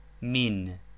Min